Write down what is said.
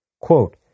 Quote